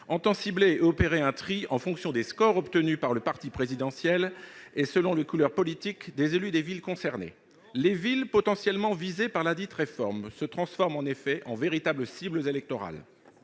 des cibles et à opérer un tri en fonction des scores obtenus par le parti présidentiel et de la couleur politique des élus des municipalités concernées. Les villes potentiellement visées par ladite réforme se transforment en effet en véritables cibles électorales.